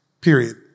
period